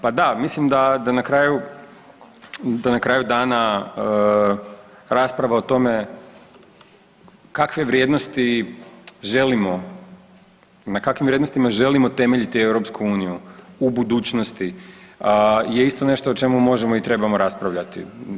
Pa da, mislim da na kraju dana rasprava o tome kakve vrijednosti želimo, na kakvim vrijednostima želimo temeljiti EU u budućnosti je isto nešto o čemu možemo i trebamo raspravljati.